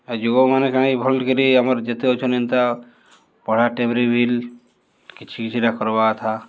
ଏ ଯୁବକ୍ମାନେ କାଣାକି ଭଲ୍ କରି ଆମର୍ ଯେତେ ଅଛନ୍ ଏନ୍ତା ପଢ଼ା ଟାଇମ୍ରେ ବିଲ୍ କିଛି କିଛିଟା କର୍ବା କଥା